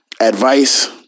advice